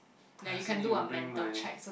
I also need to bring my